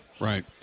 right